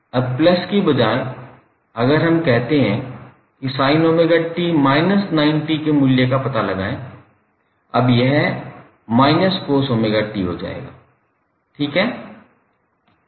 अब प्लस के बजाय अगर हम कहते हैं कि sin𝜔𝑡−90 के मूल्य का पता लगाएं अब यह −cos𝜔𝑡 हो जाएगा ठीक है